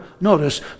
notice